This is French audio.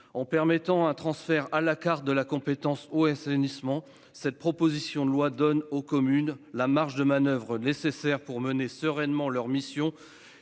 En permettant un transfert à la carte des compétences eau et assainissement, cette proposition de loi donne aux communes la marge de manoeuvre indispensable pour mener sereinement leur mission